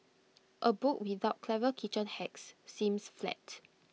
A book without clever kitchen hacks seems flat